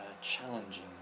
challenging